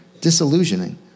disillusioning